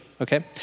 okay